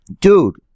Dude